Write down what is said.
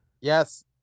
Yes